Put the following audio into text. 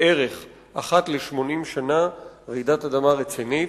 בערך אחת ל-80 שנה רעידת אדמה רצינית.